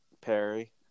Perry